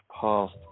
past